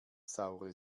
saure